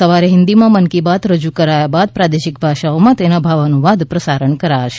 સવારે હિન્દીમાં મન કી બાત રજૂ કરાયા બાદ પ્રાદેશિક ભાષાઓમાં તેના ભાવાનુવાદનું પ્રસારણ કરાશે